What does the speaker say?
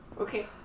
Okay